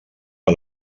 que